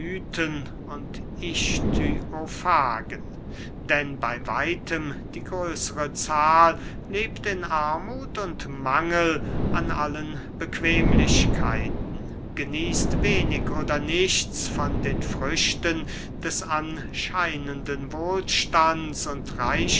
und ichthyiofagen denn bey weitem die größere zahl lebt in armuth und mangel an allen bequemlichkeiten genießt wenig oder nichts von den früchten des anscheinenden wohlstands